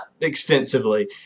extensively